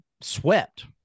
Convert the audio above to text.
swept